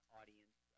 audience